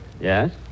Yes